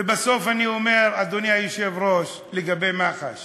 ובסוף אני אומר, אדוני היושב-ראש, לגבי מח"ש